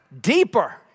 deeper